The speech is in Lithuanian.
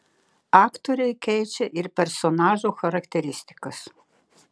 aktoriai keičia ir personažų charakteristikas